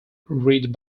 read